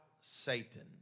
Satan